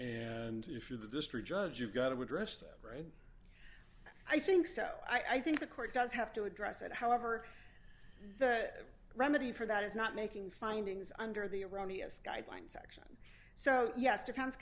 and if you're the district judge you've got to address that right i think so i think the court does have to address it however the remedy for that is not making findings under the erroneous guidelines section so yes